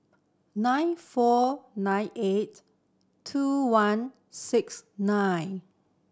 nine four nine eight two one six nine